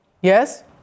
Yes